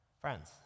Friends